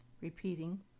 Repeating